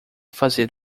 fazer